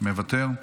מוותר,